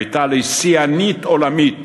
הייתה לשיאנית עולמית